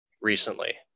recently